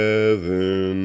Heaven